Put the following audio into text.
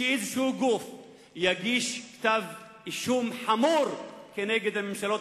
שאיזשהו גוף יגיש כתב אישום חמור כנגד הממשלות